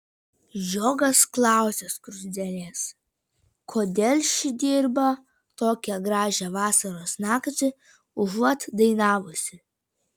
žiogas klausia skruzdėlės kodėl ši dirba tokią gražią vasaros naktį užuot dainavusi